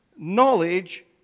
knowledge